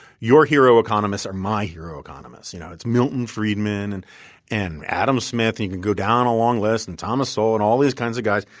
your hero economists are my hero economists. you know it's milton friedman and and adam smith. you can go down a long list and thomas sowell and all these kinds of guys.